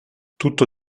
tutto